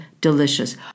delicious